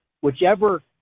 whichever